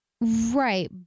Right